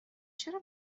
چرا